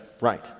Right